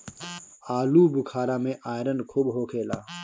आलूबुखारा में आयरन खूब होखेला